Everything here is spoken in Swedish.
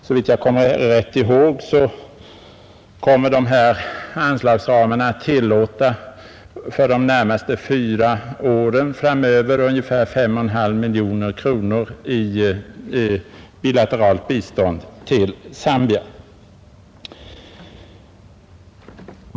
Såvitt jag kommer rätt ihåg kommer dessa anslagsramar att för de närmaste fyra åren framöver tillåta ungefär 5,5 miljoner kronor per år i bilateralt bistånd till Zambia.